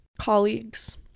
colleagues